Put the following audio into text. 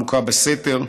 בוכה בסתר.